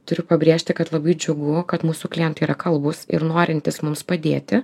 turiu pabrėžti kad labai džiugu kad mūsų klientai yra kalbūs ir norintys mums padėti